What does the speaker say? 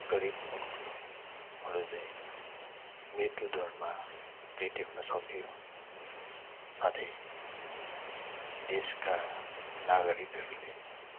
गरिब मुलुकहरू झैँ मृत्यु दरमा वृद्धि हुन सक्थ्यो साथै देशका नागरिकहरूले